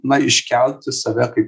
na iškelti save kaip